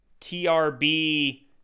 TRB